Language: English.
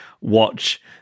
watch